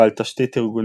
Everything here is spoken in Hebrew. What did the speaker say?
ועל תשתית ארגוני